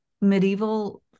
medieval